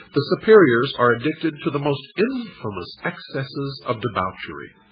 the superiors are addicted to the most infamous excesses of debauchery.